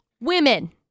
Women